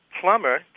plumber